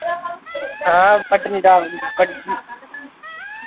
हां पत्नीटाप गी